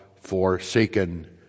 forsaken